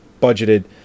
budgeted